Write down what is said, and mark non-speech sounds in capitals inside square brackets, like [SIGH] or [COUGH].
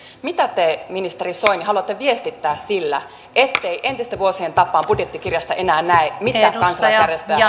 mitä te ministeri soini haluatte viestittää sillä ettei entisten vuosien tapaan budjettikirjasta enää näe mitä kansalaisjärjestöjä [UNINTELLIGIBLE]